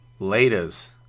laters